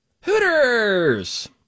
Hooters